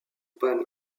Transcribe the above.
panne